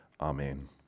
Amen